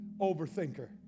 overthinker